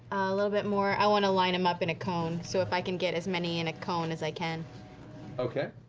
a little bit more. i want to line them up in a cone, so if i can get as many in a cone as i can. matt okay.